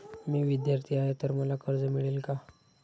मी विद्यार्थी आहे तर मला कर्ज मिळेल का?